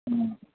हं